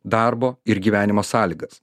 darbo ir gyvenimo sąlygas